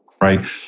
Right